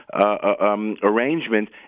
arrangement